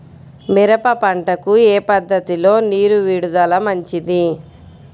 మిరప పంటకు ఏ పద్ధతిలో నీరు విడుదల మంచిది?